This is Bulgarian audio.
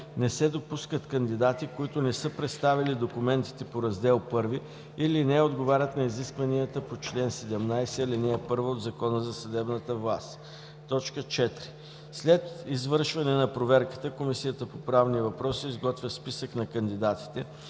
не се допускат кандидати, които не са представили документите по Раздел I или не отговарят на изискванията по чл. 17, ал. 1 от Закона за съдебната власт. 4. След извършване на проверката Комисията по правни въпроси изготвя списък на кандидатите